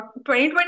2020